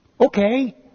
Okay